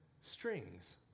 strings